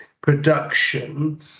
production